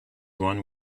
one